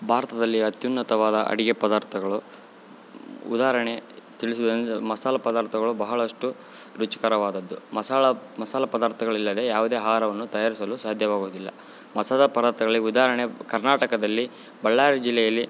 ಭಾರತದಲ್ಲಿ ಅತ್ಯುನ್ನತವಾದ ಅಡಿಗೆ ಪದಾರ್ಥಗಳು ಉದಾಹರಣೆ ತಿಳಿಸು ಮಸಾಲಾ ಪದಾರ್ಥಗಳು ಬಹಳಷ್ಟು ರುಚಿಕರವಾದದ್ದು ಮಸಾಲೆ ಮಸಾಲೆ ಪದಾರ್ಥಗಳಿಲ್ಲದೆ ಯಾವುದೇ ಆಹಾರವನ್ನು ತಯಾರಿಸಲು ಸಾಧ್ಯವಾಗುವುದಿಲ್ಲ ಮಸಾಲೆ ಪದಾರ್ಥಗಳಿಗೆ ಉದಾಹರಣೆ ಕರ್ನಾಟಕದಲ್ಲಿ ಬಳ್ಳಾರಿ ಜಿಲ್ಲೆಯಲ್ಲಿ